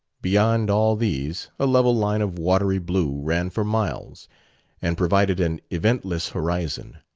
beyond all these a level line of watery blue ran for miles and provided an eventless horizon.